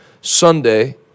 Sunday